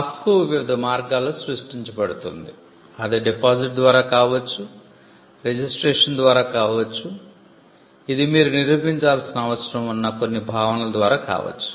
హక్కు వివిధ మార్గాల్లో సృష్టించబడుతుంది అది డిపాజిట్ ద్వారా కావచ్చు రిజిస్ట్రేషన్ ద్వారా కావచ్చు ఇది మీరు నిరూపించాల్సిన అవసరం ఉన్న కొన్ని భావనల ద్వారా కావచ్చు